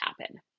happen